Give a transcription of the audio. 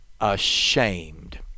ashamed